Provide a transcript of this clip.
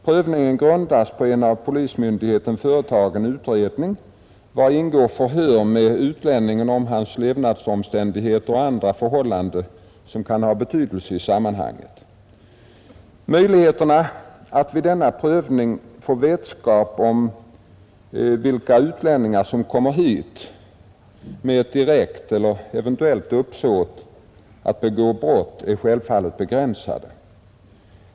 Prövningen grundas på en av polismyndigheten företagen utredning, vari ingår förhör med utlänningen om hans levnadsomständigheter och andra förhållanden som kan ha betydelse i sammanhanget. Möjligheterna att vid denna prövning få vetskap om vilka utlänningar som kommer hit med ett direkt eller eventuellt uppsåt att begå brott är självfallet begränsade.